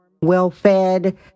well-fed